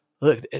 look